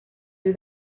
you